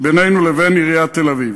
בינינו לבין עיריית תל-אביב.